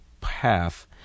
path